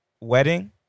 wedding